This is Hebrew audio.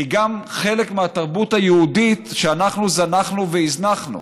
היא גם חלק מהתרבות היהודית שאנחנו זנחנו והזנחנו.